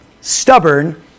stubborn